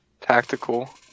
Tactical